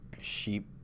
sheep